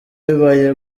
bibaye